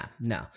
no